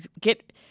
get